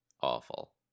awful